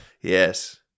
Yes